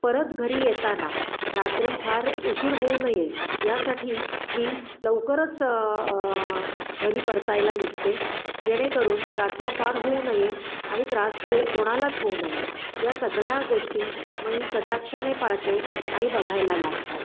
परत घरी येताना रात्री फार उशीर होऊ नये यासाठी मी लवकरच घरी परतायला निघते जेणेकरून रात्र फार होऊ नये आणि त्रास को कोणालाच होऊ नये या सगळ्या गोष्टी मी कटाक्षाने पाळते आणि बघायला लागतात